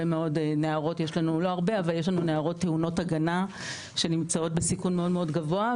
יש לנו נערות טעונות הגנה שנמצאות בסיכון מאוד מאוד גבוה,